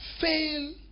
fail